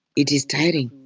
it is tiring,